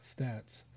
stats